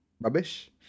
rubbish